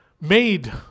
made